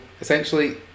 essentially